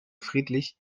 friedlich